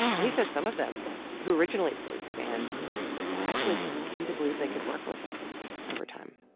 he says some of them who originally opposed the ban actually came to believe they could work with it over time.